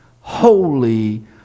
holy